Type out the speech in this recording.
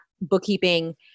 bookkeeping